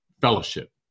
fellowship